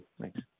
Thanks